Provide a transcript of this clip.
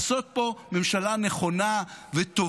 יחד נוכל לעשות פה ממשלה נכונה וטובה.